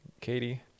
katie